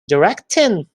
directing